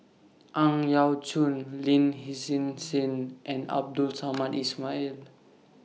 Ang Yau Choon Lin Hsin Hsin and Abdul Samad Ismail